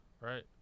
right